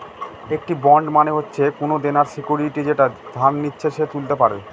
একটি বন্ড মানে হচ্ছে কোনো দেনার সিকুইরিটি যেটা যে ধার নিচ্ছে সে তুলতে পারে